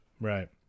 right